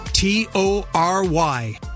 T-O-R-Y